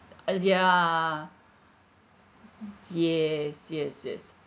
ah ya yes yes yes